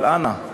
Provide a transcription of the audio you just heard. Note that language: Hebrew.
אבל אנא,